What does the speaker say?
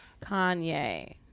Kanye